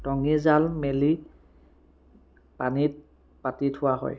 টঙী জাল মেলি পানীত পাতি থোৱা হয়